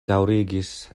daŭrigis